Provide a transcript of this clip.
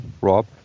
Rob